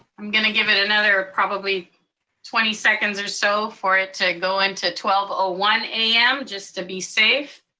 i'm gonna give it another probably twenty seconds or so, for it to go into twelve ah one a m. just to be safe.